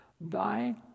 Thy